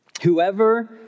Whoever